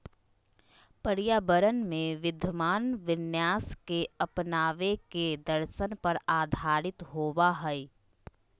पर्यावरण में विद्यमान विन्यास के अपनावे के दर्शन पर आधारित होबा हइ